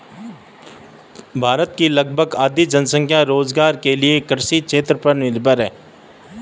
भारत की लगभग आधी जनसंख्या रोज़गार के लिये कृषि क्षेत्र पर ही निर्भर है